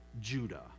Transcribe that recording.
Judah